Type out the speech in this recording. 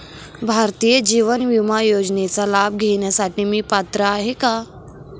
भारतीय जीवन विमा योजनेचा लाभ घेण्यासाठी मी पात्र आहे का?